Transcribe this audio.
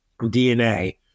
DNA